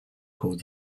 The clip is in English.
called